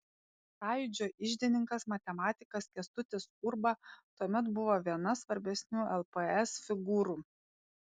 sąjūdžio iždininkas matematikas kęstutis urba tuomet buvo viena svarbesnių lps figūrų